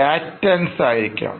Patents ആയിരിക്കാം